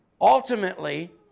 Ultimately